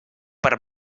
per